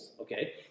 okay